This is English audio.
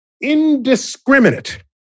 indiscriminate